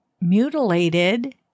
mutilated